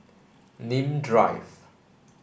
Nim Drive